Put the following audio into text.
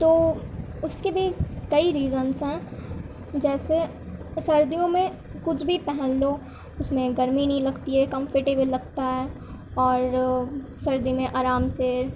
تو اس کے بھی کئی ریزنس ہیں جیسے سردیوں میں کچھ بھی پہن لو اس میں گرمی نہیں لگتی ہے کمفٹیبل لگتا ہے اور سردی میں آرام سے